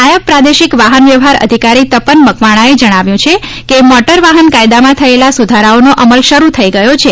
નાયબ પ્રાદેશિક વાહનવ્યવહાર અધિકારી તપન મકવાણાએ જણાવ્યું છે કે મોટર વાહન કાયદામાં થયેલા સુધારાઓનો અમલ શરૂ થઇ ગયો છે